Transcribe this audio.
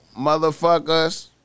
motherfuckers